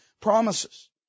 promises